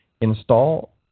install